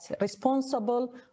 responsible